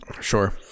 Sure